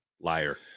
liar